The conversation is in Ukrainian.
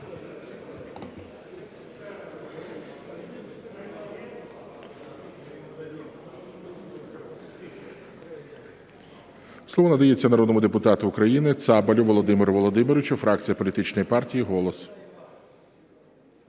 Слово надається народному депутату України Цабалю Володимиру Володимировичу, фракція політичної партії "Голос".